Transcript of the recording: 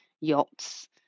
yachts